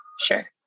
sure